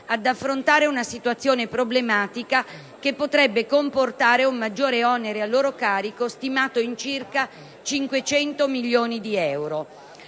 ad affrontare una situazione problematica, che potrebbe comportare un maggiore onere a loro carico stimato in circa 500 milioni di euro.